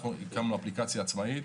הקמנו אפליקציה עצמאית.